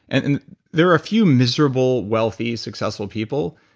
and and there are a few miserable wealthy successful people.